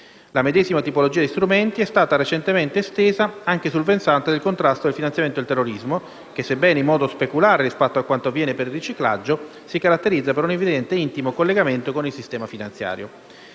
La medesima tipologia di strumenti è stata recentemente estesa anche sul versante del contrasto del finanziamento del terrorismo, che, sebbene in modo speculare rispetto a quanto avviene per il riciclaggio, si caratterizza per un evidente intimo collegamento con il sistema finanziario.